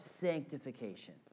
sanctification